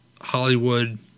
Hollywood